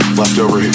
leftover